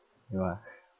you want ah